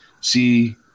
see